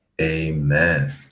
Amen